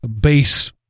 base